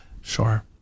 sure